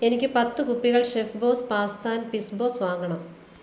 എനിക്ക് പത്ത് കുപ്പികൾ chef boss pasta and pizza sauce വാങ്ങണം